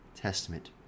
testament